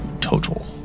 total